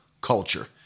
culture